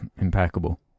impeccable